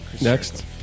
Next